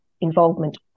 involvement